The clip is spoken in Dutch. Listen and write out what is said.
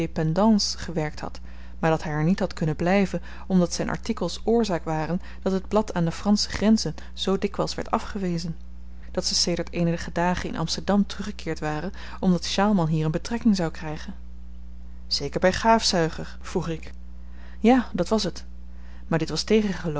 de indépendance gewerkt had maar dat hy er niet had kunnen blyven omdat zyn artikels oorzaak waren dat het blad aan de fransche grenzen zoo dikwyls werd afgewezen dat ze sedert eenige dagen in amsterdam teruggekeerd waren omdat sjaalman hier een betrekking zou krygen zeker by gaafzuiger vroeg ik ja dat was het maar dit was